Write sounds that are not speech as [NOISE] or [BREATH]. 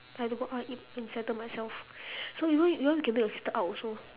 I have to go out and eat and settle myself [BREATH] so you want you want can bring your sister out also